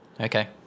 Okay